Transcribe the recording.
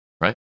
Right